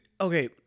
okay